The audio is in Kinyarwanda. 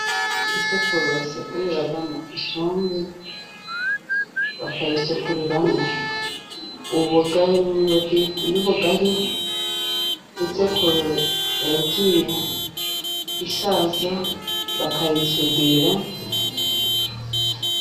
Isekuro basekuriramo isombe ,bakayisekuriramo ubugari, imyumbati y'ubugari , isekuro yagiye isaza bakayisudira.